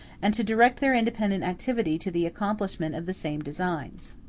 and to direct their independent activity to the accomplishment of the same designs.